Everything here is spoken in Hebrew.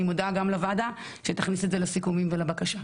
אני מודה גם לוועדה שתכניס את זה לסיכומים ולבקשה.